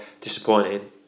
disappointing